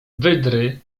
wydry